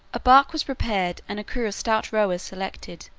a bark was prepared and a crew of stout rowers selected,